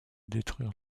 détruire